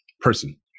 person